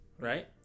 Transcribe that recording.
Right